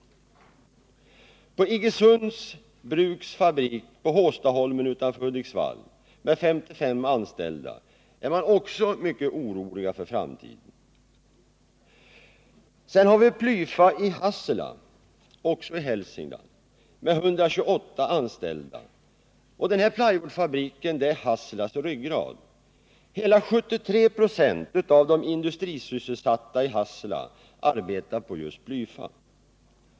Också på Iggesunds Bruks fabrik på Håstaholmen utanför Hudiksvall med 55 anställda är man orolig för framtiden. Plyfa i Hassela — också i Hälsingland — med 128 anställda är Hasselas ryggrad. Hela 73 96 av de industrisysselsatta i Hassela arbetar på Plyfa.